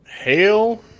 Hail